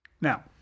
Now